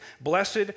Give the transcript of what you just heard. Blessed